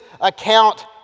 account